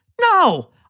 No